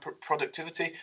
productivity